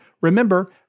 remember